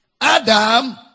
Adam